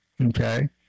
okay